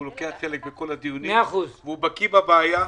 שהוא לוקח חלק בכל הדיונים והוא בקי בבעיה.